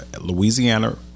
Louisiana